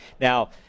Now